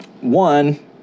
one